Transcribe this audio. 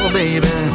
baby